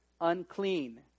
unclean